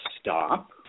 stop